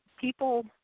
people